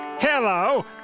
Hello